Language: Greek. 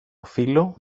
φίλο